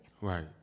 Right